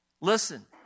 Listen